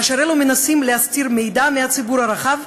כאשר אלו מנסים להסתיר מידע מהציבור הרחב,